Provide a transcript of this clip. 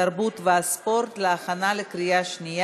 התרבות והספורט נתקבלה.